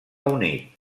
unit